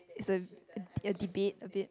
it's a a debate a bit